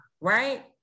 right